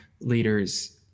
leaders